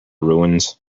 ruins